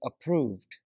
approved